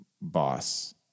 boss